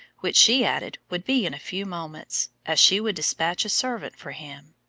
which, she added, would be in a few moments, as she would despatch a servant for him.